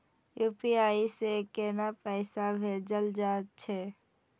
UPI से केना पैसा भेजल जा छे?